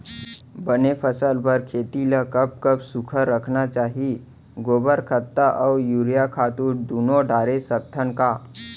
बने फसल बर खेती ल कब कब सूखा रखना चाही, गोबर खत्ता और यूरिया खातू दूनो डारे सकथन का?